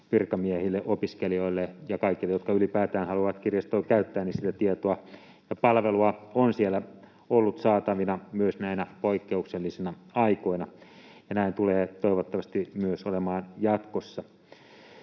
virkamiehille, opiskelijoille ja ylipäätään kaikille, jotka haluavat kirjastoa käyttää, ja sitä tietoa ja palvelua on siellä ollut saatavana myös näinä poikkeuksellisina aikoina, ja näin tulee toivottavasti myös jatkossa